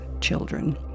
children